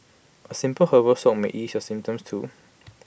A simple herbal soak may ease your symptoms too